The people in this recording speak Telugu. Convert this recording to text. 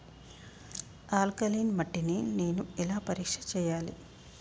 ఆల్కలీన్ మట్టి ని నేను ఎలా పరీక్ష చేయాలి?